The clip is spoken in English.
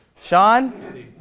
Sean